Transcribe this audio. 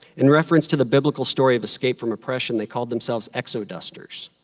in reference to the biblical story of escape from oppression, they called themselves exodusters.